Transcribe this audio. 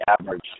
average